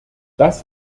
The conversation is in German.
das